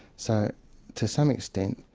so to some extent,